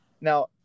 Now